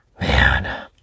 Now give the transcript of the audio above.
Man